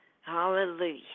Hallelujah